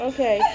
Okay